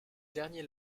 derniers